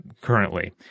currently